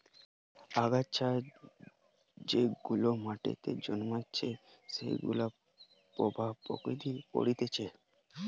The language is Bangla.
আগাছা যেগুলা মাটিতে জন্মাইছে সেগুলার প্রভাব প্রকৃতিতে পরতিছে